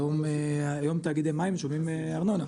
היום תאגידי מים משלמים ארנונה.